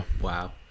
Wow